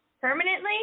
Permanently